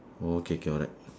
okay K alright